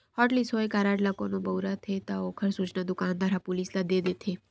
hotlist होए card ल कोनो बउरत हे त ओखर सूचना दुकानदार ह पुलिस ल दे देथे